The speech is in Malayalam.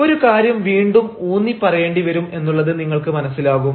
ഒരു കാര്യം വീണ്ടും ഊന്നി പറയേണ്ടിവരും എന്നുള്ളത് നിങ്ങൾക്ക് മനസ്സിലാകും